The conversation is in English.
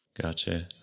Gotcha